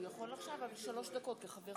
הוא יכול עכשיו, אבל שלוש דקות, כחבר כנסת.